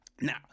now